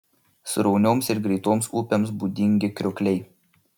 sraunioms ir greitoms upėms būdingi kriokliai